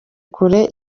kure